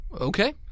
Okay